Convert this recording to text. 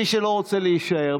מי שלא רוצה להישאר,